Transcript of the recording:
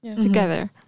together